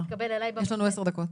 יש לנו עשר דקות.